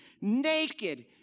Naked